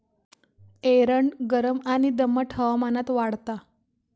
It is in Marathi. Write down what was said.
एरंड गरम आणि दमट हवामानात वाढता